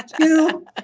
two